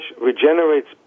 regenerates